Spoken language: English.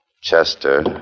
Chester